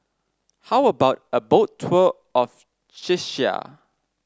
how about a Boat Tour of Czechia